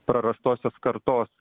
prarastosios kartos